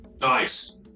Nice